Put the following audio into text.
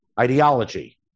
ideology